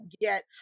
get